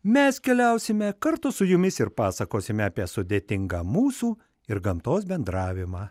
mes keliausime kartu su jumis ir pasakosime apie sudėtingą mūsų ir gamtos bendravimą